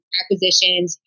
acquisitions